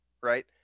right